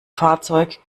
fahrzeug